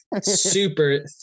super